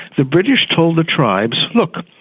the british told the tribes, look,